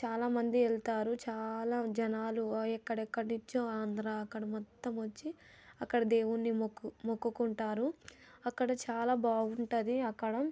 చాలా మంది వెళ్తారు చాలా జనాలు ఎక్కడెక్కడ నుంచో ఆంధ్ర అక్కడ మొత్తం వచ్చి అక్కడ దేవుడిని మొక్కు మొక్కుకుంటారు అక్కడ చాలా బాగుంటుంది అక్కడ